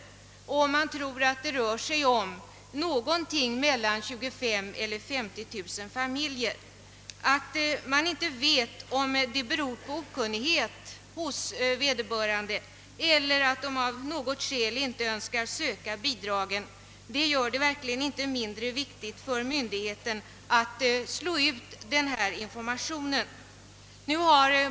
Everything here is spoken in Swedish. Man tror att det rör sig om mellan 25000 och 50 000 familjer. Man vet inte om de av okunnighet har underlåtit att ansöka om bidrag eller om de av något skäl inte önskat söka dem, men detta gör det verkligen inte mindre viktigt för myndigheten att slå ut denna information.